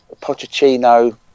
Pochettino